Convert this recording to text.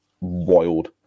Wild